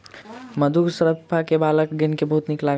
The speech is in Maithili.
मधुर शरीफा बालकगण के बहुत नीक लागल